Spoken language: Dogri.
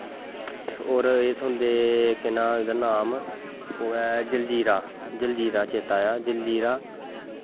ओह् एह् थ्होंदे केह् नांऽ ऐ जलजीरा जलजीरा चेत्ता आया